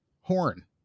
Horn